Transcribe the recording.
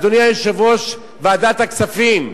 אדוני יושב-ראש ועדת הכספים,